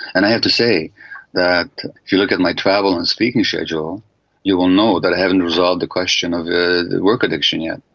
and i have to say that if you look at my travel and speaking schedule you will know that i haven't resolved the question of the work addiction yet.